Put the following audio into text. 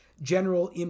general